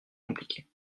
compliqué